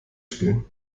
spielen